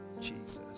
Jesus